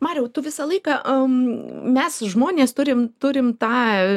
mariau tu visą laiką mes žmonės turim turim tą